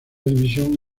división